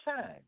time